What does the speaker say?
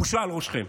בושה על ראשכם.